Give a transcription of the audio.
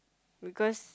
because